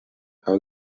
how